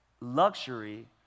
luxury